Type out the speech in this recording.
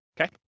Okay